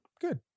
Good